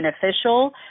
beneficial